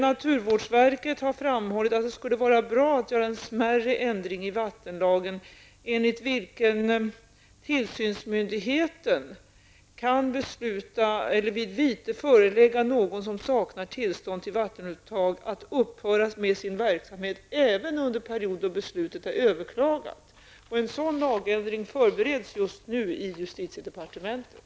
Naturvårdsverket har framhållit att det skulle vara bra att göra en smärre ändring i vattenlagen enligt vilken tillsynsmyndigheten kan vid vite förelägga någon som saknar tillstånd till vattenuttag att upphöra med sin verksamhet även under period då beslutet är överklagat. En sådan lagändring förbereds just nu i justitiedepartementet.